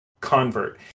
convert